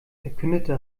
verkündete